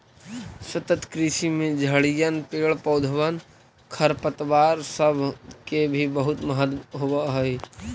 सतत कृषि में झड़िअन, पेड़ पौधबन, खरपतवार सब के भी बहुत महत्व होब हई